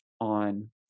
on